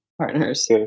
partners